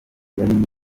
yari